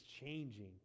changing